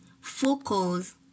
focus